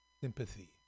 sympathy